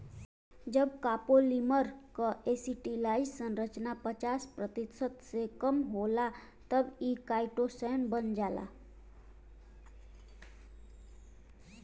जब कॉपोलीमर क एसिटिलाइज्ड संरचना पचास प्रतिशत से कम होला तब इ काइटोसैन बन जाला